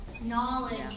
knowledge